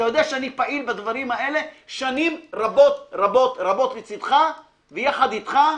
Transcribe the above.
אתה יודע שאני פעיל בדברים האלה שנים רבות רבות רבות לצידך ויחד איתך,